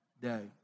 day